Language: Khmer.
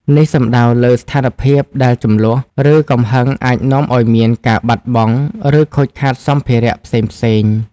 នេះសំដៅលើស្ថានភាពដែលជម្លោះ ឬកំហឹងអាចនាំឲ្យមានការបាត់បង់ ឬខូចខាតសម្ភារៈផ្សេងៗ។